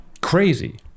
crazy